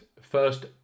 First